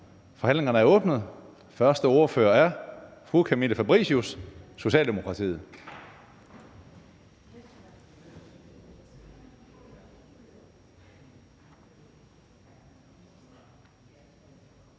Forhandlingen er åbnet. Den første ordfører er fru Camilla Fabricius, Socialdemokratiet